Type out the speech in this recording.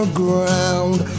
ground